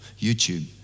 YouTube